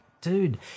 dude